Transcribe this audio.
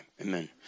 Amen